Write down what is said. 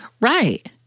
Right